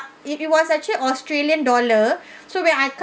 it it was actually australian dollar so when I come